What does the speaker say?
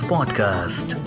Podcast